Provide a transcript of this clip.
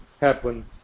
happen